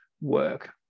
work